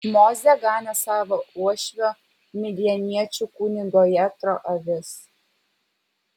mozė ganė savo uošvio midjaniečių kunigo jetro avis